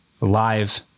live